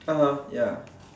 (uh huh) ya